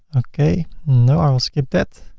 okay. no, i will skip that.